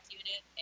unit